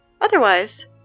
Otherwise